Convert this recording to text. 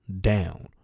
down